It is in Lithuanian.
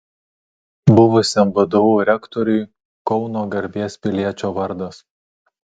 buvusiam vdu rektoriui kauno garbės piliečio vardas